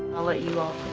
i'll let you all